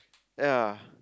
ya